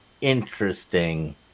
interesting